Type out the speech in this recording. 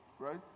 Right